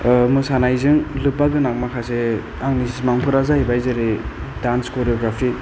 मोसानायजों लोब्बा गोनां माखासे आंनि सिमांफोरा जाहैबाय जेरै डान्स करिय'ग्राफि